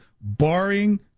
barring